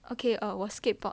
okay err 我 skateboard